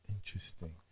Interesting